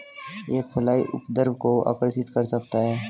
एक फ्लाई उपद्रव को आकर्षित कर सकता है?